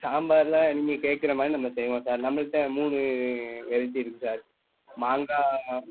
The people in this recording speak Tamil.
சாம்பாரில் நீங்கள் கேட்குற மாதிரி நம்ம செய்வோம் சார் நம்மள்ட்ட மூணு வெரைட்டி இருக்குது சார் மாங்காய்